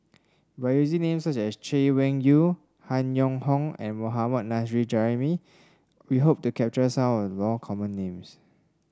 by using names such as Chay Weng Yew Han Yong Hong and Mohammad Nurrasyid Juraimi we hope to capture some of the common names